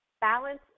balance